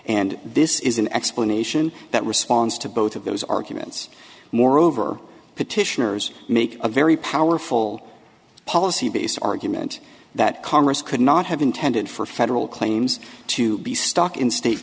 and this is an explanation that responds to both of those arguments moreover petitioners make a very powerful policy based argument that congress could not have intended for federal claims to be stuck in state